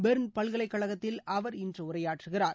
Berne பல்கலைக்கழகத்தில் அவர் இன்று உரையாற்றுகிறார்